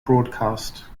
broadcast